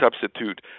substitute